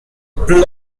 plot